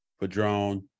Padrone